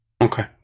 Okay